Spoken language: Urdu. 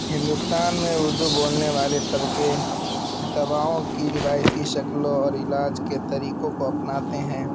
ہندوستان میں اردو بولنے والے طبقے دواؤں کی روایتی شکلوں اور علاج کے طریقوں کو اپناتے ہیں